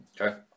Okay